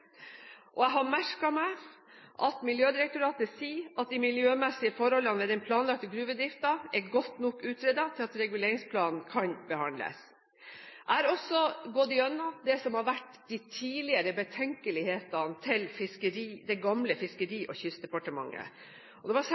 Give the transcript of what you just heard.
og jeg har merket meg at Miljødirektoratet sier at de miljømessige forholdene ved den planlagte gruvedriften er godt nok utredet til at reguleringsplanen kan behandles. Jeg har også gått gjennom det som har vært de tidligere betenkelighetene til det gamle Fiskeri- og kystdepartementet. Der var det særlig to ting man var opptatt av: Det ene var